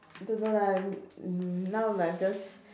don't know lah now must just